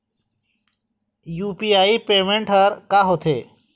UPI payment हर का होते?